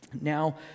Now